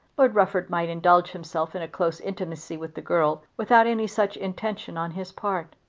lord rufford might indulge himself in a close intimacy with the girl without any such intention on his part.